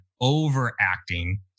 overacting